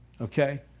okay